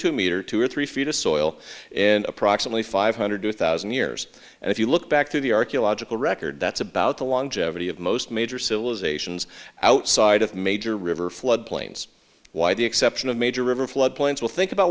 metre two or three feet of soil and approximately five hundred thousand years and if you look back to the archaeological record that's about the longevity of most major civilizations outside of major river flood plains why the exception of major river flood plains will think about